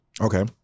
Okay